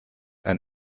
ein